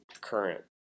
current